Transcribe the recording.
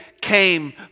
came